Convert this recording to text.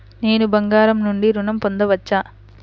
నేను బంగారం నుండి ఋణం పొందవచ్చా?